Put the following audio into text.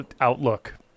outlook